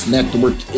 Network